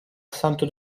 santo